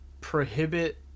prohibit